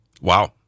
Wow